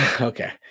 Okay